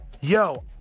Yo